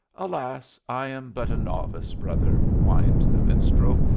alas, i am but a novice, brother, whined the minstrel,